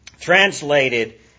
translated